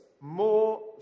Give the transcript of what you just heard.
more